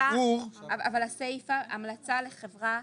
והסיפה, המלצה לחברה?